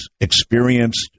experienced